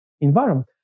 environment